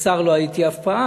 שר לא הייתי אף פעם,